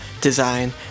design